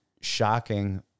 shocking